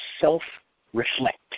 self-reflect